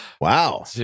Wow